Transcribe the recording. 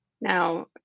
now